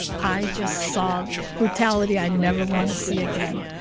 i just saw brutality i never want to see again.